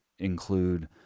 include